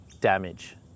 damage